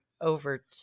over